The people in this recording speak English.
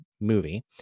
movie